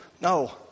No